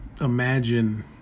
imagine